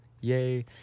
Yay